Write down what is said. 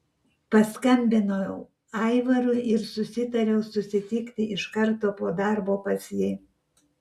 paskambinau aivarui ir susitariau susitikti iš karto po darbo pas jį